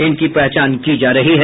इनकी पहचान की जा रही है